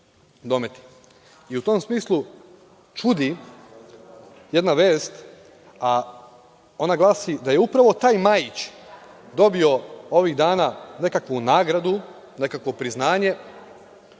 tom smislu čudi jedna vest, a ona glasi, da je upravo taj Majić dobio ovih dana nekakvu nagradu, nekakvo priznanje,